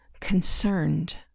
concerned